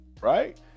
Right